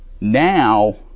Now